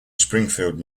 springfield